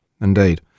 indeed